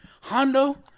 Hondo